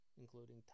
including